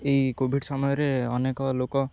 ଏଇ କୋଭିଡ଼ ସମୟରେ ଅନେକ ଲୋକ